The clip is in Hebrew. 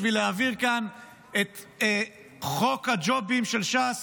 בשביל להעביר כאן את חוק הג'ובים של ש"ס?